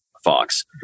Fox